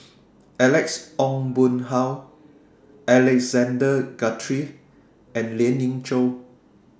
Alex Ong Boon Hau Alexander Guthrie and Lien Ying Chow